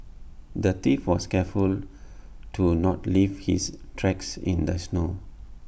the thief was careful to not leave his tracks in the snow